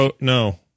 No